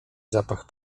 zapach